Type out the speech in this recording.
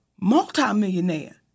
multimillionaire